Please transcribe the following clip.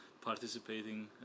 participating